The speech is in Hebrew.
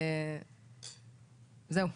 זהו.